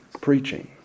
preaching